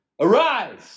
Arise